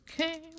okay